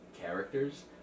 characters